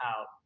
out